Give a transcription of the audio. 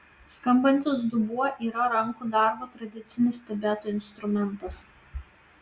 skambantis dubuo yra rankų darbo tradicinis tibeto instrumentas